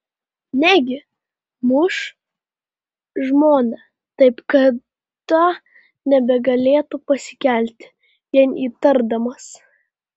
negi muš žmoną taip kad ta nebegalėtų pasikelti vien įtardamas